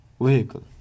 vehicle